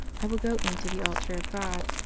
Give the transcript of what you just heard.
i will go in to the altar of god.